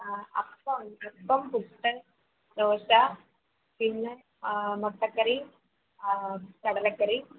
ആ അപ്പം ഉണ്ട് അപ്പം പുട്ട് ദോശ പിന്നെ മുട്ടക്കറി കടലക്കറി